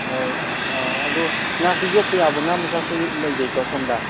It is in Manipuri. ꯍꯣꯏ ꯑꯗꯣ ꯉꯥꯁꯤ ꯌꯣꯛꯄ ꯌꯥꯕ ꯉꯥ ꯃꯆꯥꯁꯨ ꯂꯩꯖꯩꯀꯣ ꯁꯣꯝꯗ